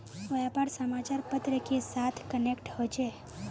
व्यापार समाचार पत्र के साथ कनेक्ट होचे?